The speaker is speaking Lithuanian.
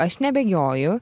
aš nebėgioju